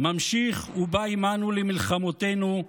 ממשיך ובא עמנו למלחמותינו.